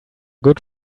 good